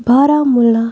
Baramulla